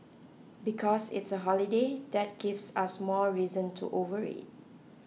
because it's a holiday that gives us more reason to overeat